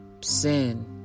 sin